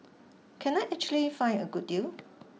can I actually find a good deal